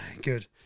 Good